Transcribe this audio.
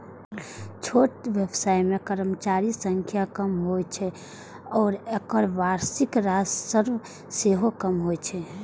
छोट व्यवसाय मे कर्मचारीक संख्या कम होइ छै आ एकर वार्षिक राजस्व सेहो कम होइ छै